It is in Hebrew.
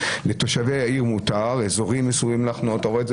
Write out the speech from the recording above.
לתושבי העיר מותר באזורים מסוימים לחנות אתה רואה את זה